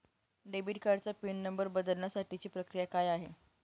Debit कार्डचा pin number बदलण्यासाठीची प्रक्रिया काय आहे?